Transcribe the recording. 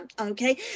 okay